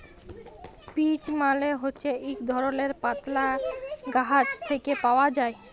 peach মালে হছে ইক ধরলের পাতলা গাহাচ থ্যাকে পাউয়া যায়